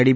D